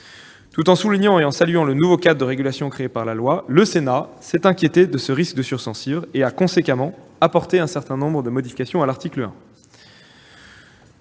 Tout en soulignant et en saluant le nouveau cadre de régulation créé par la loi, le Sénat s'est inquiété de ce risque de sur-censure et a, conséquemment, apporté un certain nombre de modifications à l'article 1.